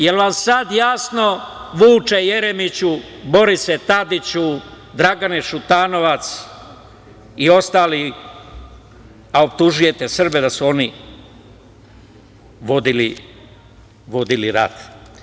Jel vam sad jasno, Vuče Jeremiću, Borise Tadiću, Dragane Šutanovac i ostali, a optužujete Srbe da su oni vodili rat?